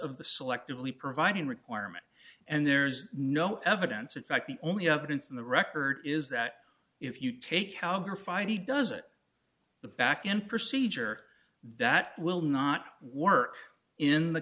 of the selectively providing requirement and there's no evidence in fact the only evidence in the record is that if you take out your five he does it the back end procedure that will not work in the